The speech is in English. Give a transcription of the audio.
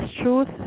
truth